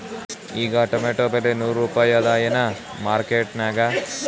ಈಗಾ ಟೊಮೇಟೊ ಬೆಲೆ ನೂರು ರೂಪಾಯಿ ಅದಾಯೇನ ಮಾರಕೆಟನ್ಯಾಗ?